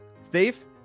Steve